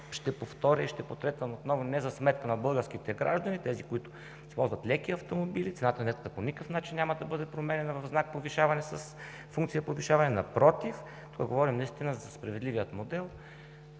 ще повтарям, и ще потретвам отново – не за сметка на българските граждани, тези, които ползват леки автомобили. Цената по никакъв начин няма да бъде променяна със знак повишаване, с функция „повишаване“. Напротив, говорим наистина за справедливия модел